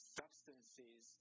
substances